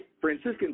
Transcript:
Franciscan